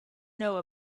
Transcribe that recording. know